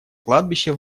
кладбище